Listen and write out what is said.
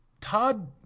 Todd